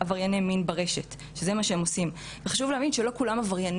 בעולם הרשת, ובטח בעולם המטה-וורס.